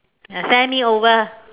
ya send me over